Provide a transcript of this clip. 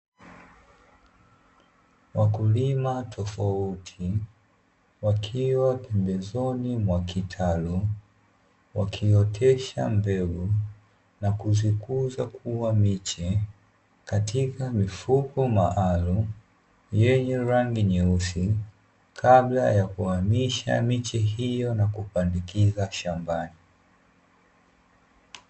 Wakulima tofauti wakiwa pembezoni mwa kitalu wakiotesha mbegu na kuzikuza kuwa miche katika mifuko maalumu yenye rangi nyeusi, kabla ya kuhamisha miche hiyo na kupandikiza shambani.